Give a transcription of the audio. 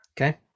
Okay